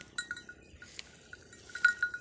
ATM ನಿಂದ ಬೇರೆಯವರಿಗೆ ರೊಕ್ಕ ಹೆಂಗ್ ಹಾಕೋದು?